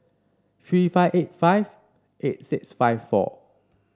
three five eight five eight six five four